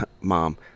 mom